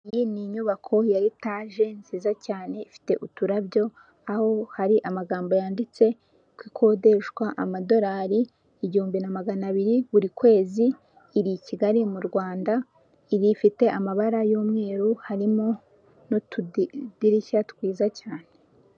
Iyi ni inyubako ya etaje nziza cyane, ifite uturabyo, aho hari amagambo yanditse ko ikodeshwa amadorali igihumbi na magana abiri buri kwezi, iri i Kigali mu Rwanda, ifite amabara y'umweru harimo n'utudirishya twiza cyane.